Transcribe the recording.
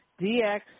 DX